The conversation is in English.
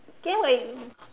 then when